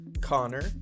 Connor